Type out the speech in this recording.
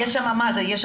יש שם הגדרה?